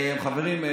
חברים,